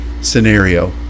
scenario